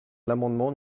l’amendement